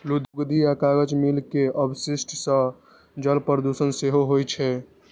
लुगदी आ कागज मिल के अवशिष्ट सं जल प्रदूषण सेहो होइ छै